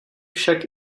však